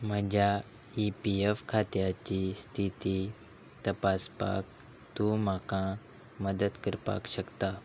म्हज्या E P F खात्याची स्थिती तपासपाक तूं म्हाका मदत करपाक शकता